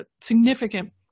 significant